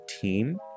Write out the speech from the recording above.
team